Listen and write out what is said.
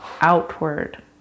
outward